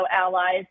allies